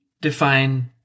define